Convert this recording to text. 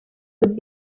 would